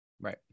Right